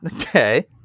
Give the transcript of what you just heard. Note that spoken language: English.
Okay